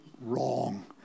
wrong